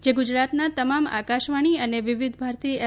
જે ગુજરાતનાં તમામ આકાશવાણી અને વિવિધ ભારતી એફ